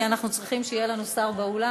כי אנחנו צריכים שיהיה לנו שר באולם.